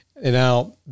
Now